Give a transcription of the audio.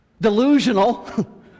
delusional